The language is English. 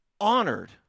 honored